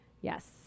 yes